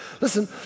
Listen